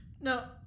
No